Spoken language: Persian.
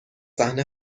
صحنه